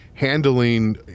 Handling